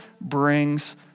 brings